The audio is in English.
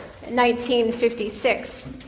1956